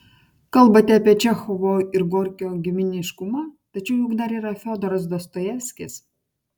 kalbate apie čechovo ir gorkio giminiškumą tačiau juk dar yra fiodoras dostojevskis